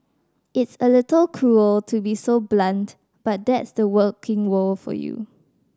it's a little cruel to be so blunt but that's the working world for you